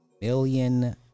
million